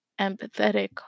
empathetic